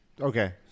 Okay